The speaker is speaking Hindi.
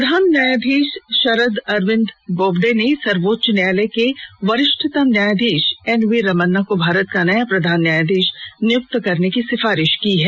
प्रधान न्यीयाधीश शरद अरविंद बोबडे ने सर्वोच्च न्याहयालय के वरिष्ठतम न्याययाधीश एन वी रमन्ना को भारत का नया प्रधान न्या्याधीश नियुक्त करने की सिफारिश की है